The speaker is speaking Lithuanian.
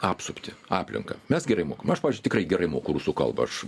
apsuptį aplinką mes gerai mokam aš pavyzdžiui tikrai gerai moku rusų kalbą aš